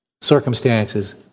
circumstances